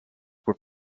were